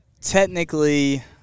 technically